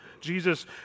Jesus